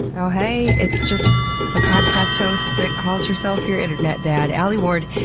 oh hey, it's just the podcast host that calls herself your internet dad, alie ward,